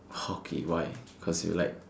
okay why cause you like